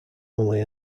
only